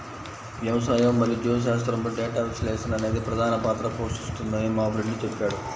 వ్యవసాయం మరియు జీవశాస్త్రంలో డేటా విశ్లేషణ అనేది ప్రధాన పాత్ర పోషిస్తుందని మా ఫ్రెండు చెప్పాడు